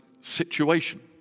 situation